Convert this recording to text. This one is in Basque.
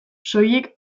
soilik